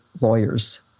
lawyers